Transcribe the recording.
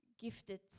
gifted